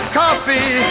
coffee